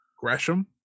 Gresham